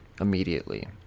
immediately